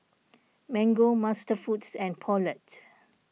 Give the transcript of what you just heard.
Mango MasterFoods and Poulet